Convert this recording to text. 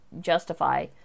justify